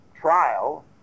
trial